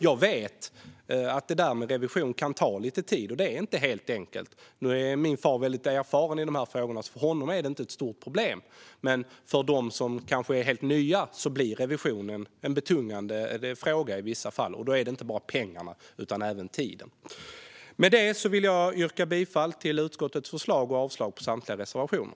Jag vet att revision kan ta lite tid och inte är helt enkelt. Min far är väldigt erfaren i dessa frågor, så för honom är det inte ett stort problem. Men för dem som är helt nya blir revisionen i vissa fall en betungande fråga. Det handlar inte bara om pengarna utan även om tiden. Med detta vill jag yrka bifall till utskottets förslag och avslag på samtliga reservationer.